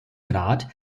grad